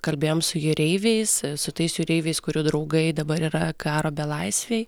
kalbėjom su jūreiviais su tais jūreiviais kurių draugai dabar yra karo belaisviai